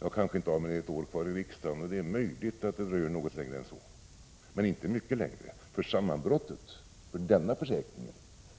Jag kanske inte har mer än ett år kvar i riksdagen, och det är möjligt att det dröjer något längre än så, men inte mycket längre — sammanbrottet för denna försäkring